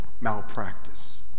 malpractice